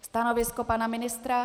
Stanovisko pana ministra?